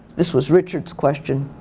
this was richard's question.